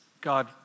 God